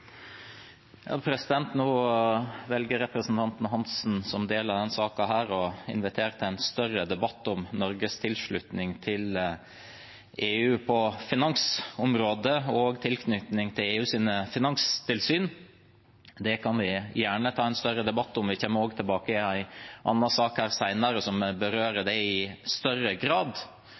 slags demonstrasjon. Nå velger representanten Hansen som del av denne saken å invitere til en større debatt om Norges tilslutning til EU på finansområdet og tilslutning til EUs finanstilsyn. Det kan vi gjerne ta en større debatt om, og vi kommer senere også tilbake i en annen sak som berører det i større grad.